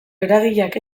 eragileak